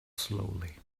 slowly